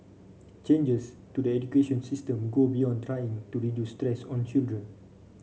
changes to the education system go beyond trying to reduce stress on children